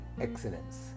excellence